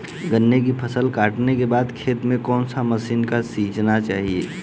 गन्ने की फसल काटने के बाद खेत को कौन सी मशीन से सींचना चाहिये?